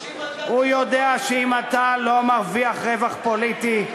הוא יודע שאם אתה לא מרוויח רווח פוליטי,